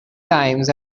times